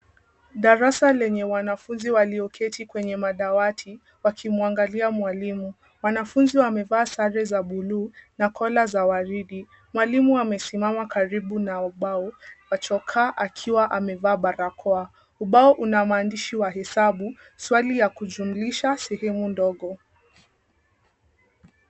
Darasa lenye wanafunzi walioketi kwenye madawati wakimwangalia mwalimu. Wanafunzi wamevaa sare za buluu na kola za waridi. Mwalimu amesimama karibu na ubao wa chokaa akiwa amevaa barakoa. Ubao una maandishi wa hesabu, swali ya kujumlisha, sehemu ndogo.